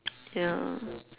ya